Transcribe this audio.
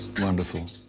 Wonderful